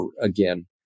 again